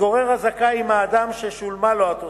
התגורר הזכאי עם האדם ששולמה לו התוספת.